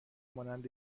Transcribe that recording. مانند